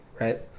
right